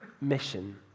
mission